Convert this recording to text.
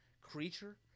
Creature